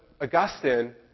Augustine